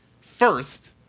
first